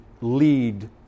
lead